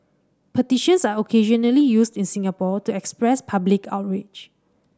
petitions are occasionally used in Singapore to express public outrage